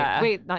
Wait